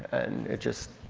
and it just,